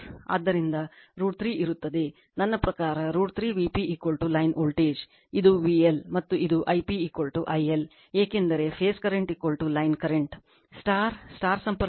ಆದ್ದರಿಂದ √ 3 ಇರುತ್ತದೆ ನನ್ನ ಪ್ರಕಾರ √ 3 Vp ಲೈನ್ ವೋಲ್ಟೇಜ್ ಇದು VL ಮತ್ತು ಇದು I p I L ಏಕೆಂದರೆ phase current line current star star ಸಂಪರ್ಕಿತ ಲೋಡ್